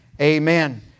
Amen